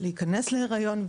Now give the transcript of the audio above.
להיכנס להריון,